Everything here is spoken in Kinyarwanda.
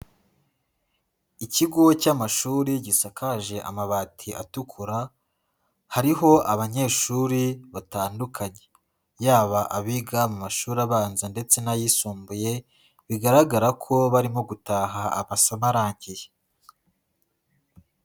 Ikigo cy'amashuri gisakaje amabati atukura, hariho abanyeshuri batandukanye. Yaba abiga mu mashuri abanza ndetse n'ayisumbuye, bigaragara ko barimo gutaha abasomo arangiye.